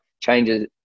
changes